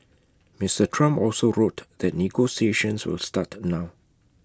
Mister Trump also wrote that negotiations will start now